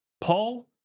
Paul